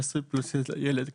נשוי פלוס ילד קטן.